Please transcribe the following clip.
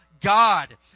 God